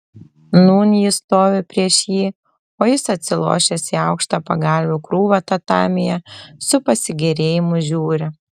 nūn ji stovi prieš jį o jis atsilošęs į aukštą pagalvių krūvą tatamyje su pasigėrėjimu žiūri